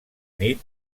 nit